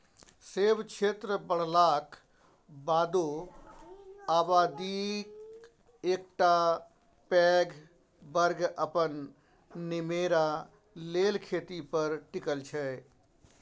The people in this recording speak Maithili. सेबा क्षेत्र बढ़लाक बादो आबादीक एकटा पैघ बर्ग अपन निमेरा लेल खेती पर टिकल छै